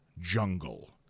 jungle